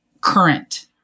current